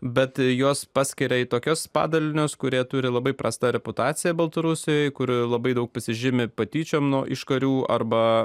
bet juos paskiria į tokius padalinius kurie turi labai prastą reputaciją baltarusijoje kur labai daug pasižymi patyčiom iš karių arba